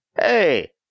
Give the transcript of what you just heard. Hey